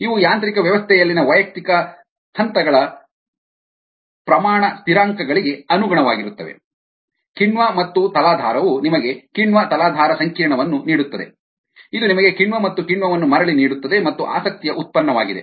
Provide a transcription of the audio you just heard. ಇವು ಯಾಂತ್ರಿಕ ವ್ಯವಸ್ಥೆಯಲ್ಲಿನ ವೈಯಕ್ತಿಕ ಹಂತಗಳ ಪ್ರಮಾಣ ಸ್ಥಿರಾಂಕಗಳಿಗೆ ಅನುಗುಣವಾಗಿರುತ್ತವೆ ಕಿಣ್ವ ಮತ್ತು ತಲಾಧಾರವು ನಿಮಗೆ ಕಿಣ್ವ ತಲಾಧಾರ ಸಂಕೀರ್ಣವನ್ನು ನೀಡುತ್ತದೆ ಇದು ನಿಮಗೆ ಕಿಣ್ವ ಮತ್ತು ಕಿಣ್ವವನ್ನು ಮರಳಿ ನೀಡುತ್ತದೆ ಮತ್ತು ಆಸಕ್ತಿಯ ಉತ್ಪನ್ನವಾಗಿದೆ